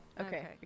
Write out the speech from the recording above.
Okay